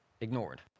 ignored